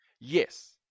Yes